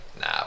nah